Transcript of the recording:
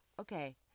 Okay